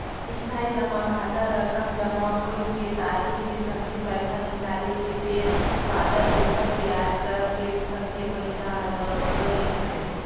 इस्थाई जमा खाता रकम जमा होए के तारिख के संघे पैसा निकाले के बेर बादर ओखर बियाज दर के संघे पइसा हर बराबेर लिखाए रथें